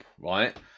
right